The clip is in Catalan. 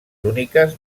úniques